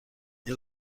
این